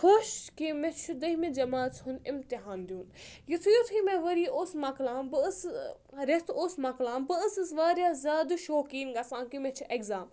خۄش کہِ مےٚ چھُ دٔہمہِ جمٲژ ہُنٛد اِمتِحان دِیُن یُتھُے یُتھُے مےٚ ؤری اوس مۄکلان بہٕ ٲسٕس رؠتھ اوس مۄکلان بہٕ ٲسٕس واریاہ زیادٕ شوقیٖن گژھان کہِ مےٚ چھُ اؠگزام